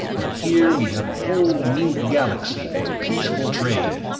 but here we have a whole new galaxy for peaceful trade,